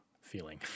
feeling